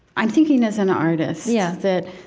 i'm thinking as an artist yeah that,